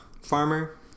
Farmer